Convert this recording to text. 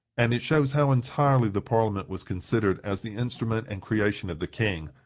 and it shows how entirely the parliament was considered as the instrument and creation of the king,